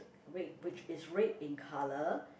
red which is red in colour